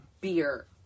beer